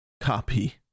copy